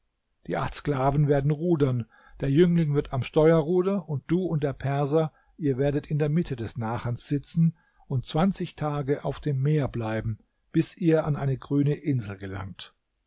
die acht sklaven werden rudern der jüngling wird am steuerruder und du und der perser ihr werdet in der mitte des nachens sitzen und zwanzig tage auf dem meer bleiben bis ihr an eine grüne insel gelangt